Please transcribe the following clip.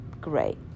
great